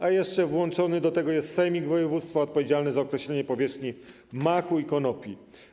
A jeszcze włączony do tego jest sejmik województwa odpowiedzialny za określenie powierzchni upraw maku i konopi.